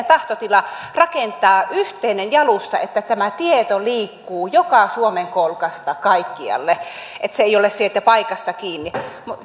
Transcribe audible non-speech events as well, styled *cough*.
*unintelligible* tahtotila rakentaa yhteinen jalusta että tämä tieto liikkuu joka suomen kolkasta kaikkialle että se ei ole siitä paikasta kiinni